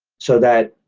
so that,